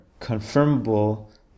confirmable